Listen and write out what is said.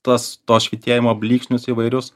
tas to švytėjimo blyksnius įvairius